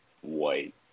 white